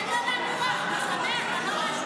תן לו לנוח,